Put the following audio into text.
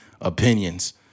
opinions